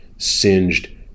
singed